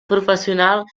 professional